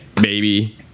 baby